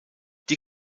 die